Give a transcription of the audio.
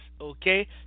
okay